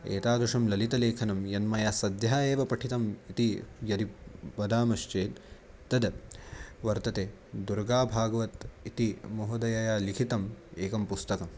एतादृशं ललितलेखनं यन्मया सद्यः एव पठितम् इति यदि वदामश्चेत् तद् वर्तते दुर्गाभागवत् इति महोदयया लिखितम् एकं पुस्तकं